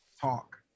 talk